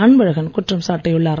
அன்பழகன் குற்றம் சாட்டியுள்ளார்